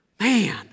Man